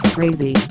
Crazy